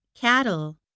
cattle